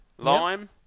Lime